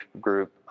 group